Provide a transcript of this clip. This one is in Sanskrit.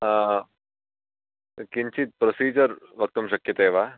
किञ्चित् प्रोसीजर् वक्तुं शक्यते वा